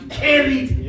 carried